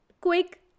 quick